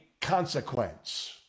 consequence